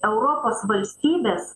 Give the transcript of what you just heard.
europos valstybės